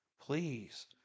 Please